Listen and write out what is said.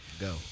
Go